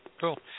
Cool